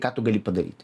ką tu gali padaryt